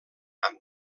amb